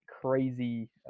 crazy